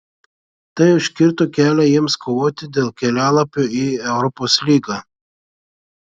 tai užkirto kelią jiems kovoti dėl kelialapio į europos lygą